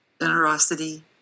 Generosity